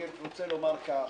אני רוצה לומר כך: